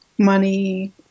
Money